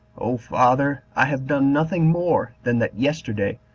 o father, i have done nothing more than that yesterday,